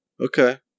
Okay